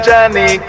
Johnny